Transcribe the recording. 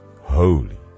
holy